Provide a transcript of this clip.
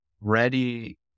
ready